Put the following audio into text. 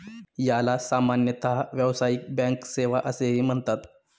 याला सामान्यतः व्यावसायिक बँक सेवा असेही म्हणतात